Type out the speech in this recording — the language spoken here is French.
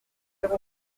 loi